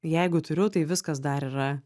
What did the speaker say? jeigu turiu tai viskas dar yra